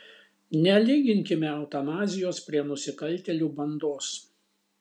nelyginkime eutanazijos prie nusikaltėlių bandos